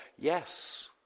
Yes